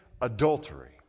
adultery